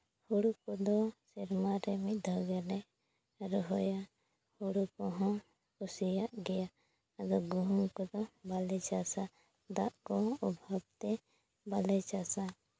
ᱦᱩᱲᱩ ᱠᱚᱫᱚ ᱥᱮᱨᱢᱟ ᱨᱮ ᱢᱤᱫ ᱫᱷᱟᱹᱣ ᱜᱮᱞᱮ ᱨᱚᱦᱚᱭᱟ ᱦᱩᱲᱩ ᱠᱚᱦᱚᱸᱧ ᱠᱩᱥᱤᱭᱟᱜ ᱜᱮᱭᱟ ᱟᱫᱚ ᱜᱩᱦᱩᱢ ᱠᱚᱫᱚ ᱵᱟᱞᱮ ᱪᱟᱥᱟ ᱫᱟᱜ ᱠᱚ ᱚᱵᱷᱟᱵᱽ ᱛᱮ ᱵᱟᱞᱮ ᱪᱟᱥᱟ